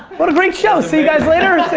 what a great show see you guys later.